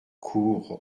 cour